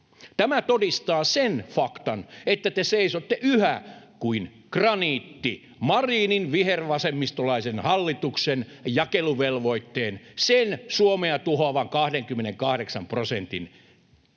Tämä todistaa sen faktan, että te seisotte yhä kuin graniitti Marinin vihervasemmistolaisen hallituksen jakeluvelvoitteen, sen Suomea tuhoavan 28 prosentin, kanssa.